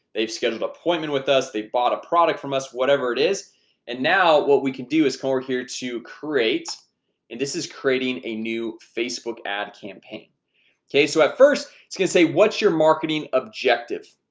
they've scheduled appointment with us they bought a product from us whatever it is and now what we can do is come over here to create and this is creating a new facebook ad campaign okay. so at first it's gonna say what's your marketing? objective,